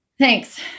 Thanks